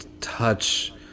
touch